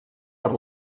per